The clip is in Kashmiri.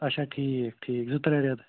اَچھا ٹھیٖک ٹھیٖک زٕ ترٛےٚ رٮ۪تھ